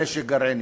מנשק גרעיני.